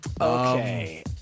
Okay